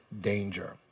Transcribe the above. danger